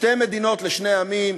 שתי מדינות לשני עמים,